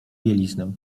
bieliznę